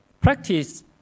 practice